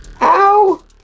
Ow